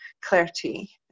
clarity